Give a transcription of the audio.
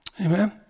Amen